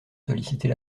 solliciter